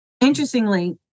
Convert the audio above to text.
interestingly